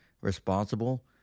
responsible